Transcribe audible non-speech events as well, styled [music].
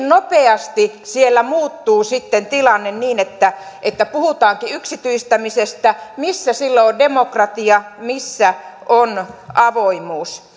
[unintelligible] nopeasti siellä muuttuu sitten tilanne niin että että puhutaankin yksityistämisestä missä silloin on demokratia missä on avoimuus [unintelligible]